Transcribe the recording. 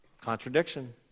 Contradiction